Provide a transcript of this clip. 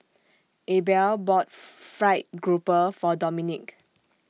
Abel bought Fried Grouper For Dominque